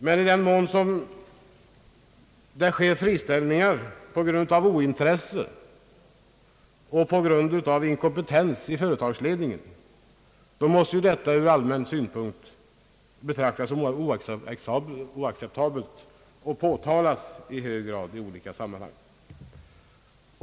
Men i den mån det sker friställningar på grund av ointresse och inkompetens i företagsledningen måste detta ur allmän synpunkt betraktas som oacceptabelt och i hög grad påtalas i olika sammanhang.